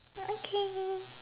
okay